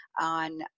on